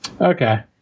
okay